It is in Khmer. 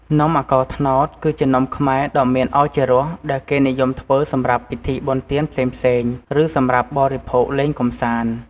នំអាកោរត្នោត គឺជានំខ្មែរដ៏មានឱជារស ដែលគេនិយមធ្វើសម្រាប់ពិធីបុណ្យទានផ្សេងៗ ឬសម្រាប់បរិភោគលេងកម្សាន្ត។